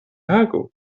agos